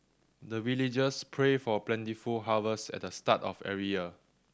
the villagers pray for plentiful harvest at the start of every year